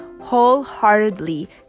wholeheartedly